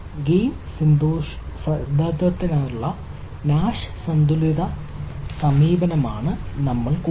game സിദ്ധാന്തത്തിനായുള്ള സമീപനമാണ് നമ്മൾക്കുള്ളത്